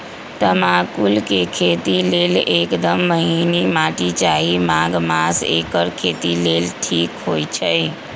तमाकुल के खेती लेल एकदम महिन माटी चाहि माघ मास एकर खेती लेल ठीक होई छइ